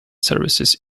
services